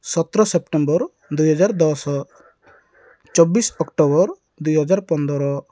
ସତର ସେପ୍ଚମ୍ବର ଦୁଇ ହଜାର ଦଶ ଚବିଶି ଅକ୍ଟୋବର ଦୁଇ ହଜାର ପନ୍ଦର